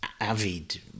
avid